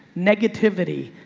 negativity.